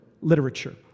literature